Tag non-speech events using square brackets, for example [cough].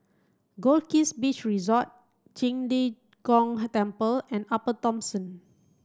Goldkist Beach Resort Qing De Gong [unintelligible] Temple and Upper Thomson